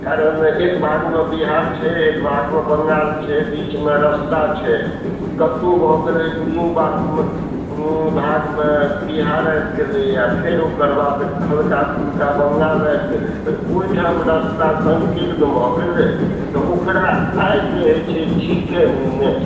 कारण एक भागमे बिहार छै एक भागमे बंगाल छै बिचमे रस्ता छै कतहुँ भए गेलै दुनू भागमे बिहार आबि गेलै फेर ओकरबाद हल्का फुल्का बंगाल आबि गेलै तऽ ओहिठाम रस्ता संकीर्ण भए गेलै तऽ ओकरा आइ कहै छै चिकेन नेट